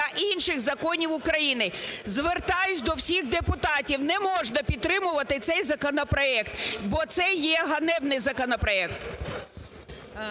та інших законів України". Звертаюсь до всіх депутатів: не можна підтримувати цей законопроект, бо це є ганебний законопроект.